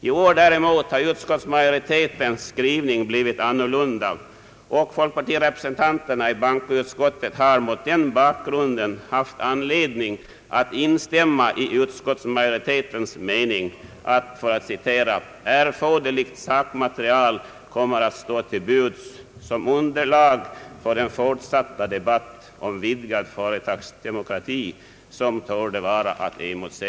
I år däremot har utskottsmajoritetens skrivning blivit annorlunda, och folkpartirepresentanterna i bankoutskottet har mot den bakgrunden haft anledning instämma i utskottsmajoritetens mening. Jag citerar: »Utskottet anser sig kunna utgå från att även därförutan erforderligt sakmaterial kommer att stå till buds som underlag för den fortsatta debatt om utvidgad företagsdemokrati som torde vara att emotse.»